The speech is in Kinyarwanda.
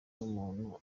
n’umuntu